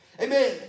Amen